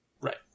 Right